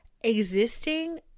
existing